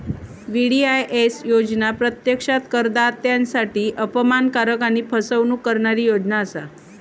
VDIS योजना प्रत्यक्षात करदात्यांसाठी अपमानकारक आणि फसवणूक करणारी योजना असा